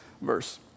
verse